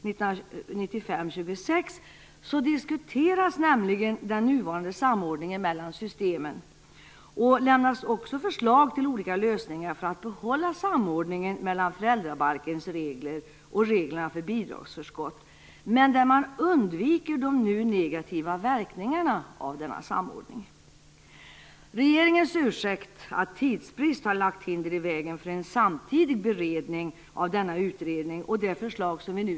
I diskuteras nämligen den nuvarande samordningen mellan systemen och lämnas förslag till olika lösningar för att behålla samordningen mellan föräldrabalkens regler och reglerna för bidragsförskott, men med undvikande av de nu negativa verkningarna av denna samordning. Genom en samtidig beredning av denna utredning och det förslag vi nu skall behandla hade flera av de negativa verkningar som vi befarar kunnat undvikas.